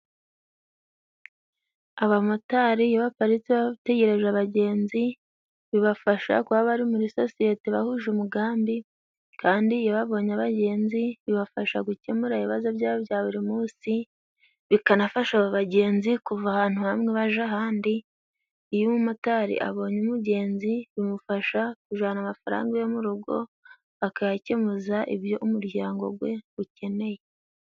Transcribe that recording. Abamotari iyo baparitse bategereje abagenzi，bibafasha kuba bari muri sosiyete bahuje umugambi，kandi iyo babonye abagenzi， bibafasha gukemura ibibazo byabo bya buri munsi， bikanafasha aba bagenzi kuva ahantu hamwe baja ahandi. Iyo umumotari abonye umugenzi， bimufasha kujana amafaranga yo mu rugo，akayakemuza ibyo umuryango we ukeneye.